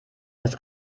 das